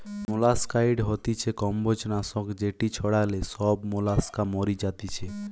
molluscicide হতিছে কম্বোজ নাশক যেটি ছড়ালে সব মোলাস্কা মরি যাতিছে